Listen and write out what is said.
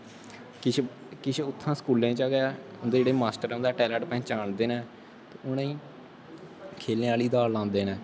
किश उत्थै स्कूलें चा गै उं'दे जेह्ड़े माश्टर न उं'दा जेह्ड़ा टैलैंट पंछान दे न उ'नें गी खेलने आह्ली ताल लांदे नै